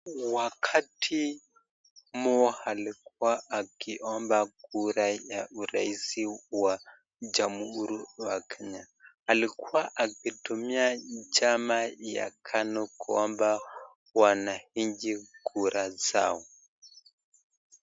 Wakati Moi alikiwa akiomba kura ya urais wa jamuhuri ya Kenya, alikuwa akitumia chama ya KANU, kuomba wananchi kura zao.